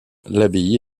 l’abbaye